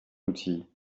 outil